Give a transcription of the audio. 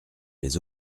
les